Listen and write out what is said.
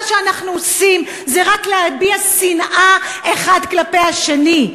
שאנחנו עושים זה רק להביע שנאה אחד כלפי השני?